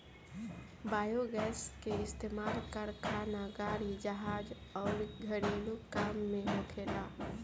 biogas के इस्तमाल कारखाना, गाड़ी, जहाज अउर घरेलु काम में होखेला